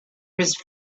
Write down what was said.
was